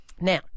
Now